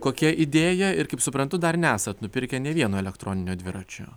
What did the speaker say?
kokia idėja ir kaip suprantu dar nesat nupirkę nė vieno elektroninio dviračio